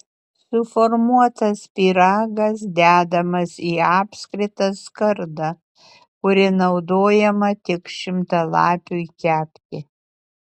suformuotas pyragas dedamas į apskritą skardą kuri naudojama tik šimtalapiui kepti